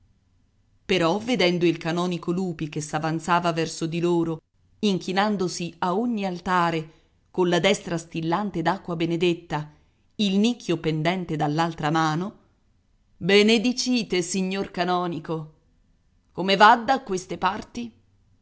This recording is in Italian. però vedendo il canonico lupi che s'avanzava verso di loro inchinandosi a ogni altare colla destra stillante d'acqua benedetta il nicchio pendente dall'altra mano benedicite signor canonico come va da queste parti